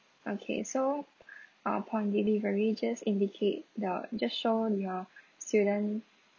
okay so upon delivery just indicate the just show your student